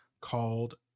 called